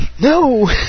No